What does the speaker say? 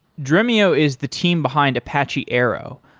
dremio is the team behind apache arrow,